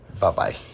Bye-bye